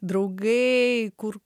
draugai kur